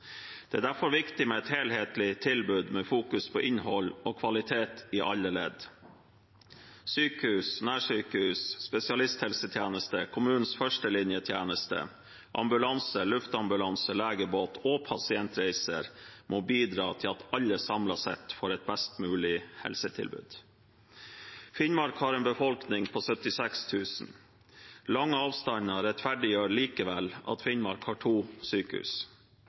Det er derfor viktig med et helhetlig tilbud som fokuserer på innhold og kvalitet i alle ledd. Sykehus, nærsykehus, spesialisthelsetjeneste, kommunens førstelinjetjeneste, ambulanse, luftambulanse, legebåt og pasientreiser må bidra til at alle samlet sett får et best mulig helsetilbud. Finnmark har en befolkning på 76 000. Lange avstander rettferdiggjør likevel at Finnmark har to sykehus,